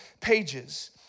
pages